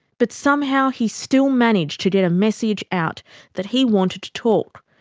but somehow he still managed to get a message out that he wanted to talk.